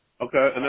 Okay